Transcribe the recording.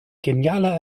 genialer